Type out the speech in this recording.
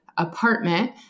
apartment